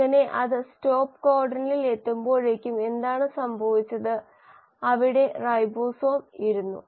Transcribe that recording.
അങ്ങനെ അത് സ്റ്റോപ്പ് കോഡണിൽ എത്തുമ്പോഴേക്കും എന്താണ് സംഭവിച്ചത് അവിടെ റൈബോസോം ഇരുന്നു